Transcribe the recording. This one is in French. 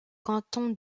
canton